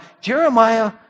Jeremiah